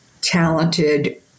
talented